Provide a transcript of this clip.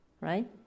right